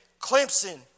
Clemson